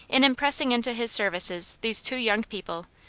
in impressing into his services these two young people,